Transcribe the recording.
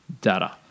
data